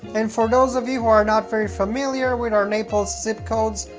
and for those of you who are not very familiar with our naples' zip codes,